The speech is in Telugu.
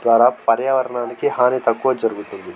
ద్వారా పర్యావరణానికి హాని తక్కువ జరుగుతుంది